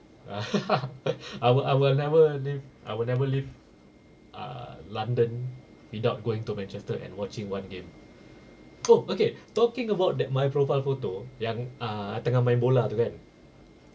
I will I will never leave I will never leave ah london without going to manchester and watching one game oh okay talking about that my profile photo yang uh tengah main bola lah tu kan